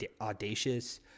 audacious